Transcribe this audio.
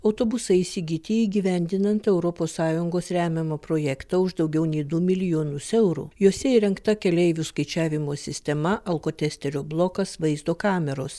autobusai įsigyti įgyvendinant europos sąjungos remiamą projektą už daugiau nei du milijonus eurų jose įrengta keleivių skaičiavimo sistema alkotesterio blokas vaizdo kameros